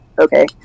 okay